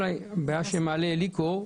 הבעיה שאליקו מעלה,